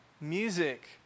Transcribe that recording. Music